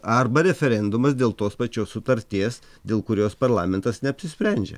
arba referendumas dėl tos pačios sutarties dėl kurios parlamentas neapsisprendžia